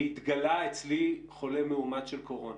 והתגלה אצלי חולה מאומת של קורונה,